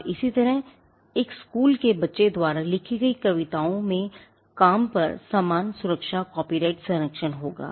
और इसी तरह एक स्कूल के बच्चे द्वारा लिखी गई कविताओं में काम पर समान सुरक्षा कॉपीराइट संरक्षण होगा